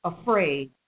afraid